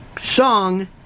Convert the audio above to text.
Song